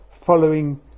following